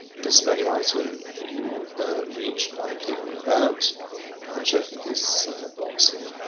this menu item you reach by clicking on about and checking this box here.